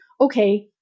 okay